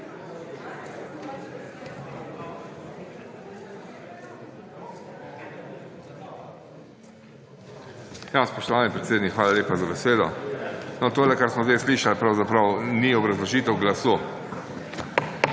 SD): Spoštovani predsednik, hvala lepa za besedo. To, kar smo zdaj slišali, pravzaprav ni obrazložitev glasu.